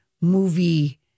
movie